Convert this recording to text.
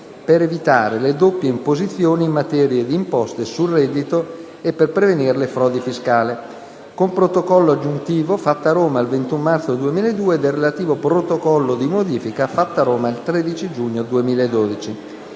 per evitare le doppie imposizioni in materia di imposte sul reddito e per prevenire le frodi fiscali, con Protocollo aggiuntivo, fatta a Roma il 21 marzo 2002, e del relativo Protocollo di modifica, fatto a Roma il 13 giugno 2012***